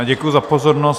Děkuji za pozornost.